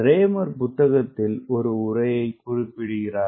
ரெய்மேர் புத்தகத்திலிருந்து ஒரு உரையைக் குறிப்பிடுகிறோம்